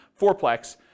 fourplex